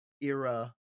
era